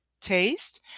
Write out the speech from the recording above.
taste